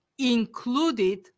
included